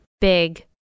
big